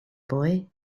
boy